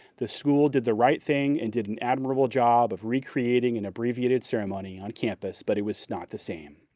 the school did the right thing and did an admirable job of recreating an abbreviated ceremony on campus but it was not the same,